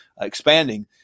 expanding